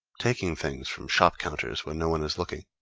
taking things from shop-counters when no one is looking,